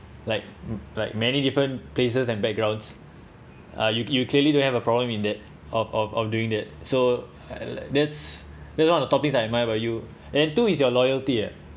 like like many different places and backgrounds uh you you clearly don't have a problem in that of of of doing that so that's that's one of the top things I admire about you and then two is your loyalty ah